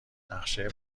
نقشه